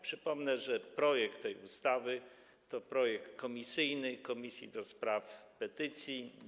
Przypomnę, że projekt tej ustawy to projekt komisyjny, projekt Komisji do Spraw Petycji.